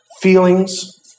feelings